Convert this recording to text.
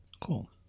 Cool